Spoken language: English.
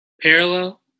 parallel